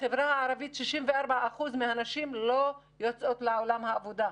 בחברה הערבית 64% מהנשים לא יוצאות לעולם העבודה,